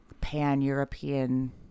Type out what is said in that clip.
pan-European